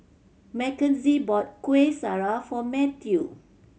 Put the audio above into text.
Mackenzie bought Kuih Syara for Matthew